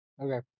Okay